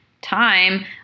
time